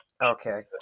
Okay